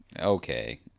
Okay